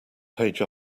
page